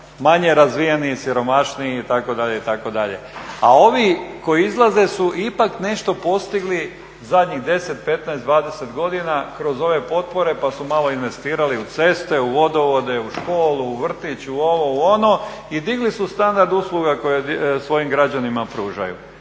manje razvijeni, siromašniji itd., itd. a ovi koji izlaze su ipak nešto postigli zadnjih 10, 15, 20 godina kroz ove potpore pa su malo investirali u ceste, u vodovode, u škole, u vrtić u ovo u ono i digli su standard usluga koje svojim građanima pružaju